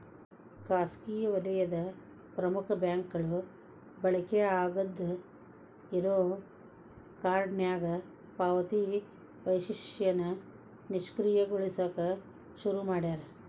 ಖಾಸಗಿ ವಲಯದ ಪ್ರಮುಖ ಬ್ಯಾಂಕ್ಗಳು ಬಳಕೆ ಆಗಾದ್ ಇರೋ ಕಾರ್ಡ್ನ್ಯಾಗ ಪಾವತಿ ವೈಶಿಷ್ಟ್ಯನ ನಿಷ್ಕ್ರಿಯಗೊಳಸಕ ಶುರು ಮಾಡ್ಯಾರ